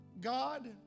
God